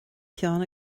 peann